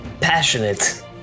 passionate